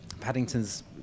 Paddington's